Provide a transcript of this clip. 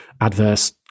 adverse